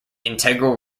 integral